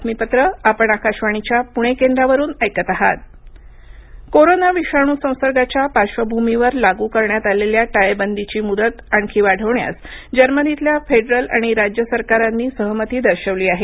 Germany corona विषाणू संसर्गाच्या पाश्र्वभूमीवर लागू करण्यात आलेल्या टाळेबंदीची मुदत आणखी वाढवण्यास जर्मनीतल्या फेडरल आणि राज्य सरकारांनी सहमती दर्शवली आहे